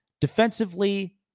defensively